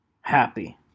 Happy